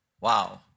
Wow